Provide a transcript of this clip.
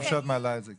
טוב שאת מעלה את זה.